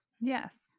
Yes